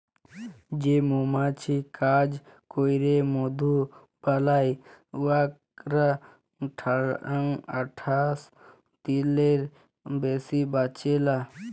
যে মমাছি কাজ ক্যইরে মধু বালাই উয়ারা আঠাশ দিলের বেশি বাঁচে লায়